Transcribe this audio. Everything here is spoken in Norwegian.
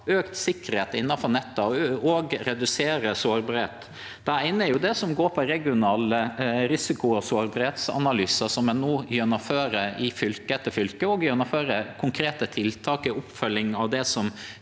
auka sikkerheit innanfor nettet og òg på å redusere sårbarheit. Det eine er det som går på regional risiko- og sårbarheitsanalyse, som ein no gjennomfører i fylke etter fylke. Ein gjennomfører konkrete tiltak i oppfølginga av det som